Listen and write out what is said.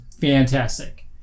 fantastic